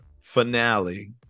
finale